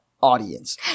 audience